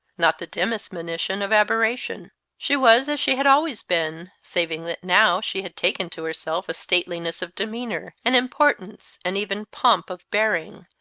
not the dimmest monition of aberration. she was as she had always been, saving that now she had taken to herself a stateliness of demeanour, an importance and even pomp of bearing,